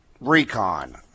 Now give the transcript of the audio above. Recon